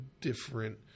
different